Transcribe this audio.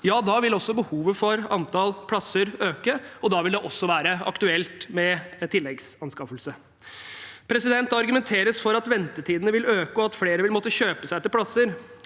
– vil behovet for antall plasser øke, og da vil det også være aktuelt med tilleggsanskaffelser. Det argumenteres for at ventetidene vil øke, og at flere vil måtte kjøpe seg til plasser.